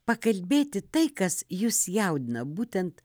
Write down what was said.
pakalbėti tai kas jus jaudina būtent